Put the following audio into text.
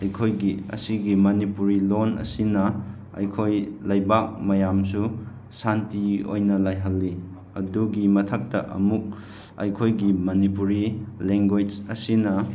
ꯑꯩꯈꯣꯏꯒꯤ ꯑꯁꯤꯒꯤ ꯃꯅꯤꯄꯨꯔꯤ ꯂꯣꯟ ꯑꯁꯤꯅ ꯑꯩꯈꯣꯏ ꯂꯩꯕꯥꯛ ꯃꯌꯥꯝꯁꯨ ꯁꯥꯟꯇꯤ ꯑꯣꯏꯅ ꯂꯩꯍꯜꯂꯤ ꯑꯗꯨꯒꯤ ꯃꯊꯛꯇ ꯑꯃꯨꯛ ꯑꯩꯈꯣꯏꯒꯤ ꯃꯅꯤꯄꯨꯔꯤ ꯂꯦꯡꯒꯣꯏꯁ ꯑꯁꯤꯅ